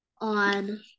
on